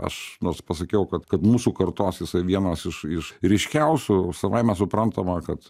aš nors pasakiau kad kad mūsų kartos jisai vienas iš iš ryškiausių savaime suprantama kad